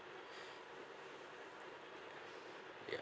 yea